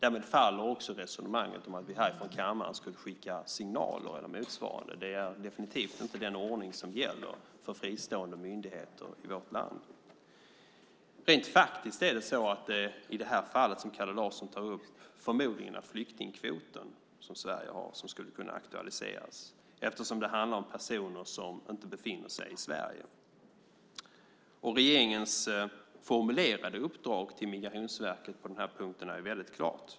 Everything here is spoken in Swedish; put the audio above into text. Därmed faller också resonemanget om att vi här från kammaren skulle skicka signaler eller motsvarande. Det är definitivt inte den ordning som gäller för fristående myndigheter i vårt land. Rent faktiskt är det så att det i det fall som Kalle Larsson tar upp förmodligen är flyktingkvoten som Sverige har som skulle kunna aktualiseras, eftersom det handlar om personer som inte befinner sig i Sverige. Regeringens formulerade uppdrag till Migrationsverket på den här punkten är väldigt klart.